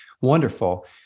wonderful